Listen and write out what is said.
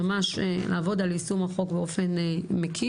יש לעבוד על יישום החוק באופן מקיף,